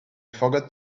forgot